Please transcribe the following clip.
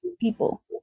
people